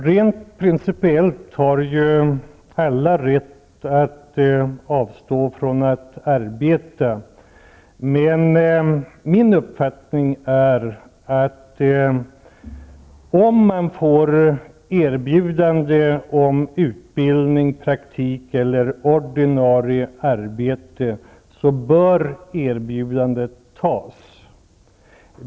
Herr talman! Alla har ju rent principiellt rätt att avstå från att arbeta. Min uppfattning är att om man får ett erbjudande om utbildning, praktikplats eller ordinarie arbete bör erbjudandet antas.